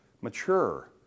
mature